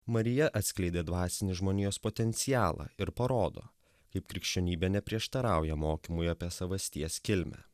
marija atskleidė dvasinį žmonijos potencialą ir parodo kaip krikščionybė neprieštarauja mokymui apie savasties kilmę